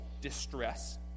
distress